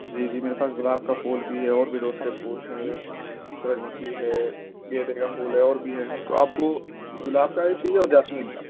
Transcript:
جی جی میرے پاس گلاب کا پھول بھی ہے اور بھی دوسرے پھول ہیں سورج مکھی ہے گیندے کا پھول ہے اور بھی ہے تو آپ کو گلاب کا ہی چاہیے اور جاسمین کا